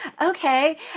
okay